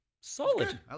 Solid